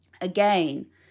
again